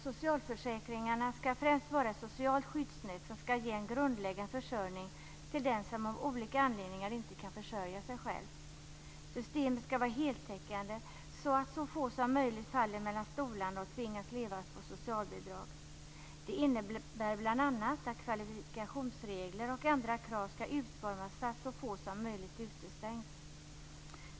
Socialförsäkringarna skall främst vara ett socialt skyddsnät som skall ge en grundläggande försörjning till den som av olika anledningar inte kan försörja sig själv. Systemet skall vara heltäckande, så att så få som möjligt faller mellan stolarna och tvingas leva på socialbidrag. Det innebär bl.a. att kvalifikationsregler och andra krav skall utformas så att så få som möjligt utestängs.